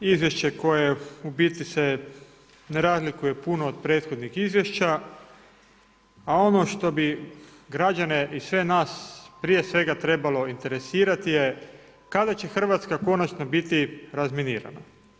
Izvješće koje u biti se ne razlikuje prethodno od prethodnih izvješća, a ono što bi građane i sve nas prije svega trebalo interesirati kada će Hrvatska konačno biti razminirana.